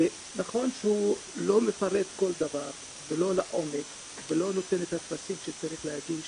נכון שהוא לא מפרט כל דבר ולא לעומק ולא נותן את הטפסים שצריך להגיש